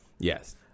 Yes